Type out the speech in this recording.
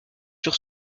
sur